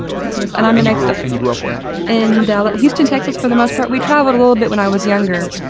and six of us. and um you know so and you grew up where? in dallas houston texas for the most part. we travelled a little bit when i was younger.